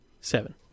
seven